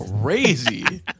crazy